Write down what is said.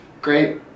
great